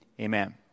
amen